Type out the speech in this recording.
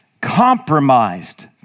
compromised